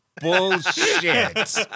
bullshit